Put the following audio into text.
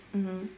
mmhmm